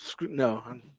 No